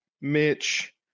Mitch